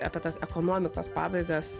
apie tas ekonomikos pabaigas